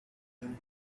planet